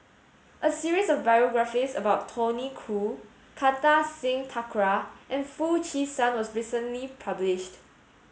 a series of biographies about Tony Khoo Kartar Singh Thakral and Foo Chee San was recently published